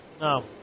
No